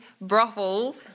brothel